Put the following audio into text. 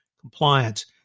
compliance